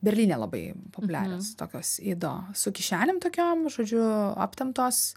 berlyne labai populiarios tokios įdo su kišenėm tokiom žodžiu aptemptos